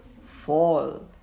fall